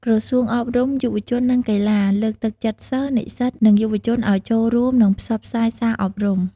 ក្រសួងអប់រំ យុវជន និងកីឡា លើកទឹកចិត្តសិស្ស និស្សិត និងយុវជនឱ្យចូលរួម និងផ្សព្វផ្សាយសារអប់រំ។